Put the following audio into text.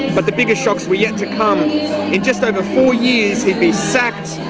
but the biggest shocks were yet to come. in just over four years he'd be sacked,